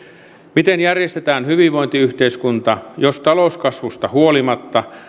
miten järjestetään hyvinvointiyhteiskunta jos talouskasvusta huolimatta